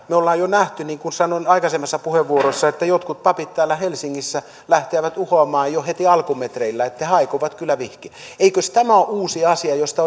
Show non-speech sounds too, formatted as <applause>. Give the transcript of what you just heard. me olemme jo nähneet niin kuin sanoin aikaisemmassa puheenvuorossa että jotkut papit täällä helsingissä lähtevät uhoamaan jo heti alkumetreillä että he he aikovat kyllä vihkiä eikös tämä ole uusi asia josta <unintelligible>